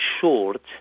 short